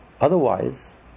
Otherwise